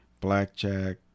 blackjack